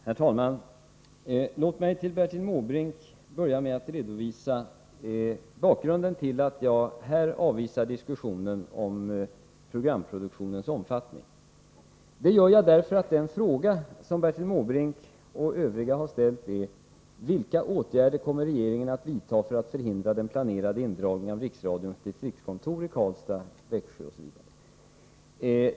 Herr talman! Låt mig börja med att vända mig till Bertil Måbrink och redovisa bakgrunden till att jag här avvisar diskussionen om programproduktionens omfattning. Jag gör det därför att den fråga som Bertil Måbrink och övriga har ställt är: Vilka åtgärder kommer regeringen att vidta för att förhindra den planerade indragningen av Riksradions distriktskontor i Växjö, Karlstad osv.?